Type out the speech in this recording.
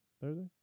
Thursday